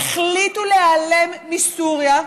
החליטו להיעלם מסוריה.